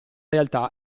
realtà